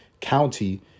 County